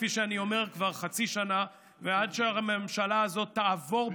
כפי שאני אומר כבר חצי שנה ועד שהממשלה הזאת תעבור,